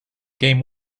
game